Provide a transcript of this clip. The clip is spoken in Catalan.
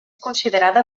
considerada